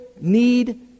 need